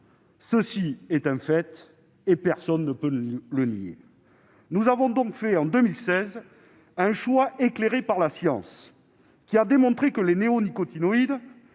C'est un fait que personne ne peut nier ! Nous avons donc fait, en 2016, un choix éclairé par la science, qui a démontré que les néonicotinoïdes